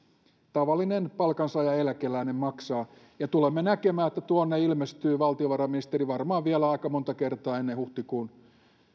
tavallinen palkansaaja ja eläkeläinen maksavat ja tulemme näkemään että tuonne ilmestyy valtiovarainministeri varmaan vielä aika monta kertaa ennen huhtikuun